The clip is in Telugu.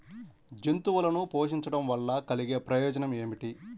జంతువులను పోషించడం వల్ల కలిగే ప్రయోజనం ఏమిటీ?